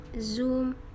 Zoom